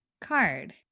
Card